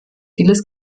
vieles